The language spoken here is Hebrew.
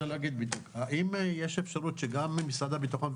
האם יש אפשרות שגם משרד הביטחון,